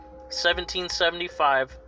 1775